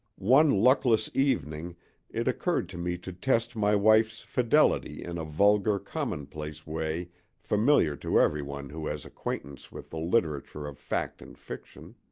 one luckless evening it occurred to me to test my wife's fidelity in a vulgar, commonplace way familiar to everyone who has acquaintance with the literature of fact and fiction.